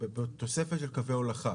בתוספת של קווי הולכה?